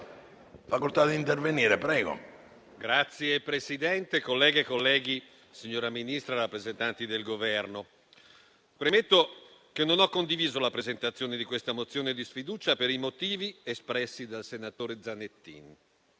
Signor Presidente, colleghe e colleghi, signora Ministra, rappresentanti del Governo, premetto che non ho condiviso la presentazione di questa mozione di sfiducia per i motivi espressi dal senatore Zanettin.